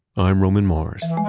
i'm roman mars